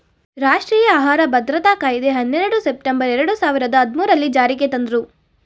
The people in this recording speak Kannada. ರಾಷ್ಟ್ರೀಯ ಆಹಾರ ಭದ್ರತಾ ಕಾಯಿದೆ ಹನ್ನೆರಡು ಸೆಪ್ಟೆಂಬರ್ ಎರಡು ಸಾವಿರದ ಹದ್ಮೂರಲ್ಲೀ ಜಾರಿಗೆ ತಂದ್ರೂ